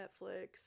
Netflix